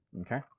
Okay